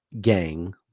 gang